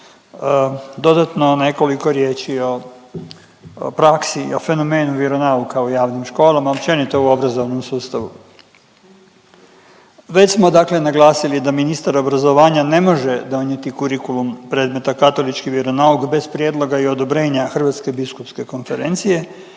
dodatno nekoliko riječi o praksi i o fenomenu vjeronauka u javnim školama, općenito u obrazovnom sustavu. Već smo dakle naglasili da ministar obrazovanja ne može donijeti kurikulum predmeta katolički vjeronauk bez prijedloga i odobrenja Hrvatske biskupske konferencije